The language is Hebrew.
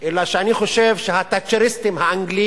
אלא שאני חושב שהתאצ'ריסטים האנגלים